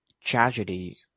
tragedy